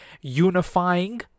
unifying